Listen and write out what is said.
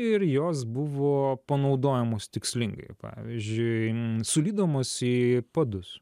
ir jos buvo panaudojamos tikslingai pavyzdžiui sulydomos į padus